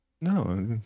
No